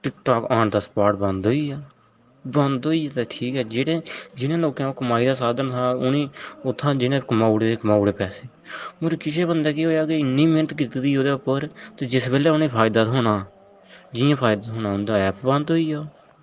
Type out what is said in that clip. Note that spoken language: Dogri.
टिकटाक आन दा स्पाट बन्द होई आ बंद होई ते ठीक ऐ जेह्ड़े जिने लोकें दा ओह् कमाई दा साधन हा जिने उत्था कमाऊड़े दे कमाऊड़े पैसे मगर किश बंदे केह् होया की इन्नी मेहनत कीती दी ही ओह्दे उप्पर ते जिस बैले उनेगी फायदा थ्होना जियां फायदा थ्होना उन्दा ऐप बंद होई आ